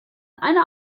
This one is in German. eine